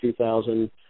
2000